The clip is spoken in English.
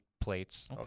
plates